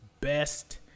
best